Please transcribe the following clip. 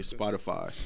Spotify